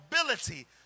ability